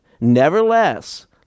Nevertheless